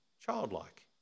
childlike